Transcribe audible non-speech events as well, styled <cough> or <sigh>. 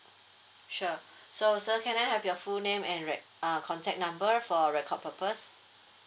sure <breath> so sir can I have your full name and re~ uh contact number for record purpose